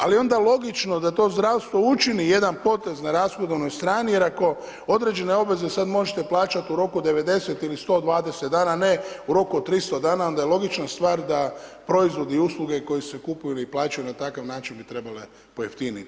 Ali onda logično da to zdravstvo učini jedan potez na rashodovnoj strani jer ako određene obveze sad možete plaćati u roku od 90 ili 120 dana ne u roku od 300 dana, onda je logična stvar da proizvodi i usluge koje se kupuju ili plaćaju na takav način bi trebale pojeftiniti.